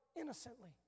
innocently